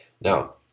Now